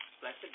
blessed